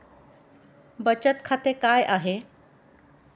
बचत खाते काय आहे?